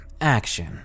action